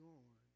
on